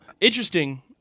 interesting